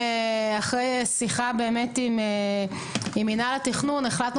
אחרי שיחה באמת עם מינהל התכנון החלטנו